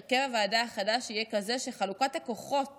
הרכב הוועדה החדש יהיה כזה שחלוקת הכוחות